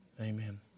Amen